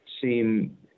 seem